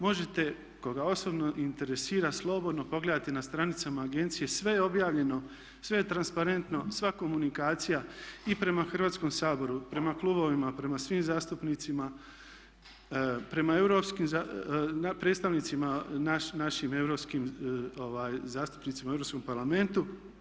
Možete koga osobno interesira slobodno pogledati na stranicama agencije sve je objavljeno, sve je transparentno, sva komunikacija i prema Hrvatskom saboru, prema klubovima, prema svim zastupnicima, prema europskim predstavnicima, našim europskim zastupnicima u Europskom parlamentu.